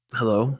hello